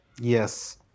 Yes